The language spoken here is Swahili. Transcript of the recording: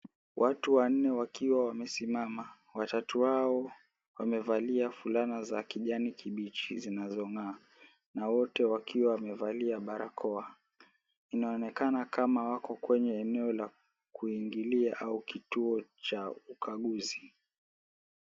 Watu wanne wakiwa wamesimama. Watatu hao wamevalia fulana za kijani kibichi zinazong'aa na wote wakiwa wamevalia barakoa. Inaonekana kama wako kwenye eneo la kuingilia au kituo cha ukaguzi.